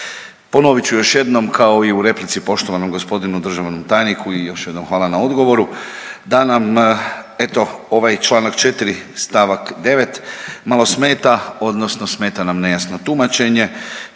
Ponovit ću još jednom kao i u replici poštovanom g. državnom tajniku i još jednom hvala na odgovoru, da nam na eto ovaj čl. 4. st. 9. malo smeta odnosno smeta nam nejasno tumačenje